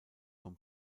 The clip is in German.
vom